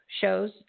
shows